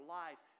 life